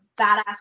badass